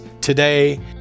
today